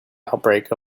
outbreak